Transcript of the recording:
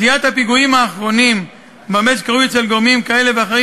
הפלסטיניים ביצעו בימים האחרונים מעצרים נרחבים,